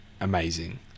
amazing